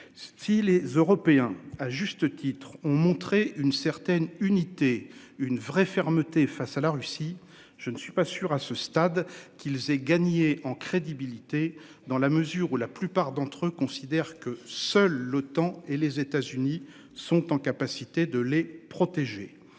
Si les Européens à juste titre ont montré une certaine unité une vraie fermeté face à la Russie. Je ne suis pas sûr à ce stade qu'ils aient gagné en crédibilité dans la mesure où la plupart d'entre eux considèrent que seule l'OTAN et les États-Unis sont en capacité de les protéger